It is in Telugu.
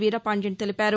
వీరపాండియన్ తెలిపారు